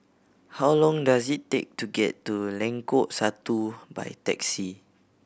how long does it take to get to Lengkok Satu by taxi